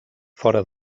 fora